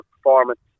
performance